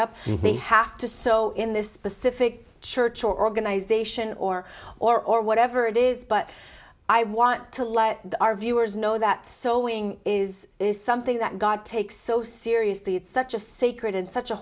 up they have to so in this specific church organization or or or whatever it is but i want to let our viewers know that sewing is is something that god takes so seriously it's such a sacred such a